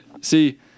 see